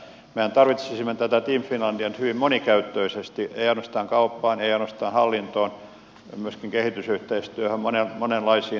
mehän tarvitsisimme tätä team finlandia nyt hyvin monikäyttöisesti emme ainoastaan kauppaan emme ainoastaan hallintoon vaan myöskin kehitysyhteistyöhön monenlaisiin